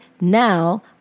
now